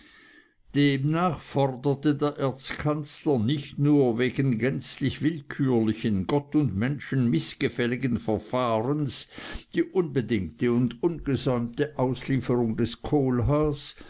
demnach forderte der erzkanzler nicht nur wegen gänzlich willkürlichen gott und menschen mißgefälligen verfahrens die unbedingte und ungesäumte auslieferung des kohlhaas